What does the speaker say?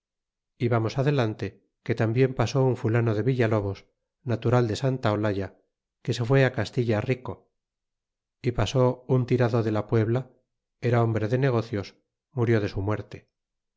vamos adelante que tambien pasó un fulano de villalobos natural de santa olalla que se fué á castilla rico y pasó un tirado de la puebla era hombre de negocios murió de su muerte